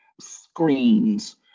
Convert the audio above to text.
screens